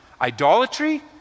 Idolatry